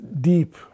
deep